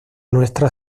nuestra